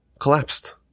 Collapsed